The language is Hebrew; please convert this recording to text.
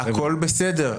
הכול בסדר.